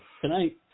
tonight